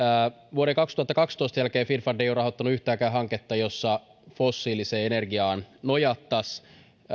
vuoden kaksituhattakaksitoista jälkeen finnfund ei ole rahoittanut yhtäkään hanketta jossa fossiiliseen energiaan nojattaisiin